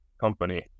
company